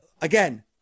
again